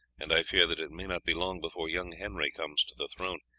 and i fear that it may not be long before young henry comes to the throne.